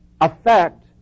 affect